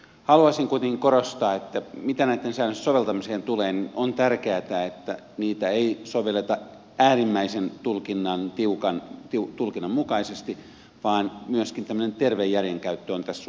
haluaisin kuitenkin korostaa sitä että mitä näitten säännösten soveltamiseen tulee niin on tärkeätä että niitä ei sovelleta äärimmäisen tulkinnan tiukan tulkinnan mukaisesti vaan myöskin tämmöinen terve järjenkäyttö on tässä suhteessa mahdollista